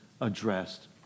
addressed